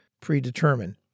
predetermined